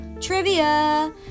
Trivia